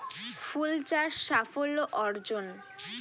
ফুল চাষ সাফল্য অর্জন?